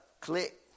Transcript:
Click